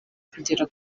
kugera